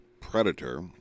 predator